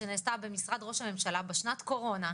שנעשתה במשרד ראש הממשלה בשנת הקורונה,